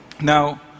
Now